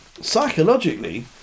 psychologically